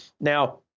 Now